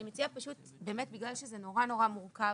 אני מציעה, בגלל שזה נורא נורא מורכב,